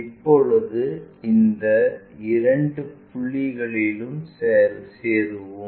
இப்போது இந்த இரண்டு புள்ளிகளிலும் சேரவும்